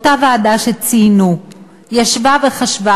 אותה ועדה שציינו ישבה וחשבה,